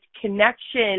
connection